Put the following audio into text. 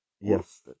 Yes